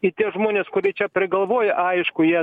ir tie žmonės kurie čia prigalvoja aišku jie